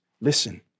Listen